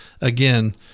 again